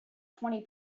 twenty